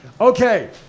Okay